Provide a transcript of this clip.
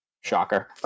Shocker